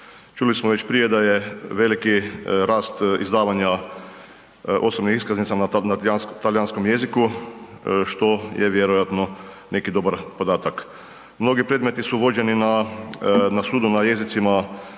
Čuli smo već prije da je veliki rast izdavanja osobnih iskaznica na talijanskom jeziku što je vjerojatno neki dobar podatak. Mnogi predmeti vođeni su na sudu na jezicima